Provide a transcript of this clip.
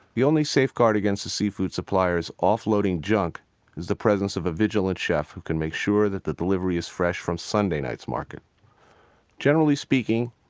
the only safeguard against the seafood supplier's off-loading junk is the presence of a vigilant chef who can make sure that the delivery is fresh from sunday night's market generally speaking,